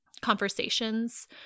conversations